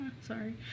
Sorry